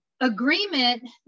agreement